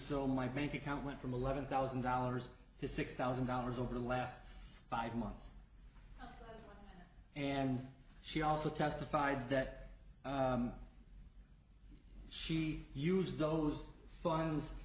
so my bank account went from eleven thousand dollars to six thousand dollars over the last five months and she also testified that she used those funds